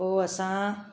पोइ असां